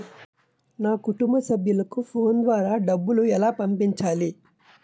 నా కుటుంబ సభ్యులకు ఫోన్ ద్వారా డబ్బులు ఎలా పంపించాలి?